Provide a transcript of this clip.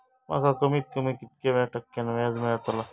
माका कमीत कमी कितक्या टक्क्यान व्याज मेलतला?